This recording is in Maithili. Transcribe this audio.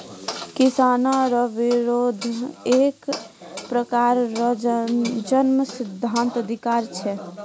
किसानो रो बिरोध एक प्रकार रो जन्मसिद्ध अधिकार छै